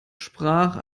sprach